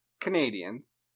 Canadians